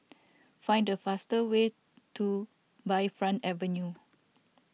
find the fastest way to Bayfront Avenue